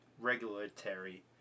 regulatory